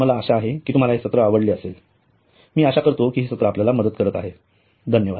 मला आशा आहे की तुम्हाला हे सत्र आवडेल मला आशा आहे की हे सत्र आपल्याला मदत करत आहे धन्यवाद